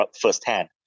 firsthand